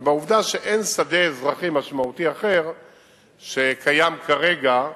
ובשל העובדה שאין שדה משמעותי אחר שקיים כרגע,